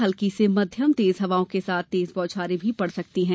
हल्की से मध्यम और तेज हवाओं के साथ तेज़ बौछारें पड़ सकती हैं